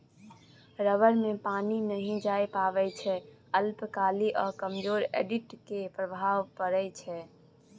rubber मे पानि नहि जाए पाबै छै अल्काली आ कमजोर एसिड केर प्रभाव परै छै